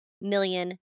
million